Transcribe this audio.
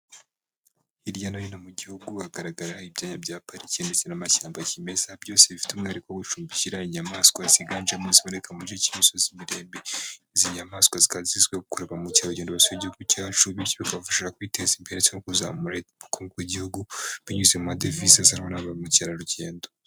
Hirya no hino mu gihugu hagaragara ibyanya bya pariki ndetse n'amashyamba kimeza byose bifite umwihariko wo gucumbikira inyamaswa ziganjemo iziboneka mu gice cy'imisozi miremire. Izi nyamaswa zikaba zizwiho gukurura ba mukerugendo basura igihugu cyacu bityo bikabafasha kwiteza imbere ndetse no kuzamura ubukungu bw'igihugu binyuze mu madevize azanwa na ba mukerarugendo.